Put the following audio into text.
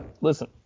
listen